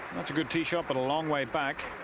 that's a good tee shot but long way back.